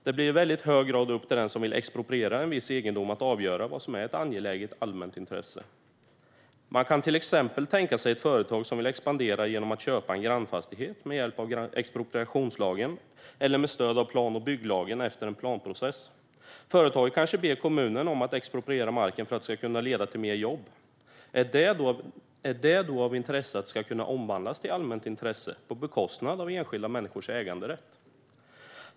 Det blir i hög grad upp till den som vill expropriera en viss egendom att avgöra vad som är ett angeläget allmänt intresse. Man kan till exempel tänka sig ett företag som vill expandera genom att köpa en grannfastighet med hjälp av expropriationslagen eller med stöd av plan och bygglagen efter en planprocess. Företaget kanske ber kommunen om att expropriera marken för att detta skulle kunna leda till fler jobb. Skulle detta då kunna omvandlas till ett allmänt intresse, på bekostnad av enskilda människors äganderätt?